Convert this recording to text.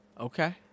okay